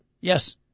Yes